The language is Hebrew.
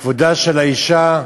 את כבודה של האישה,